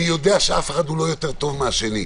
אני יודעת שאף אחד לא טוב מהשני.